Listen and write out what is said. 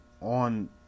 on